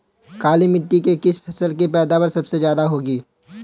काली मिट्टी में किस फसल की पैदावार सबसे ज्यादा होगी?